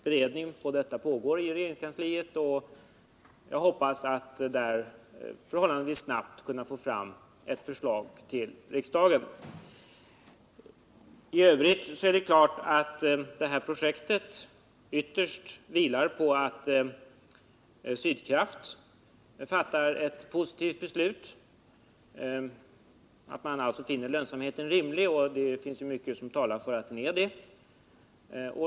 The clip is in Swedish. Beredningen av detta pågår i regeringskansliet, och jag hoppas förhållandevis snart kunna lägga fram ett förslag till riksdagen. I övrigt är det klart att det här projektet ytterst vilar på att Sydkraft fattar ett positivt beslut, att man alltså finner lönsamheten rimlig, och mycket talar för att den är det.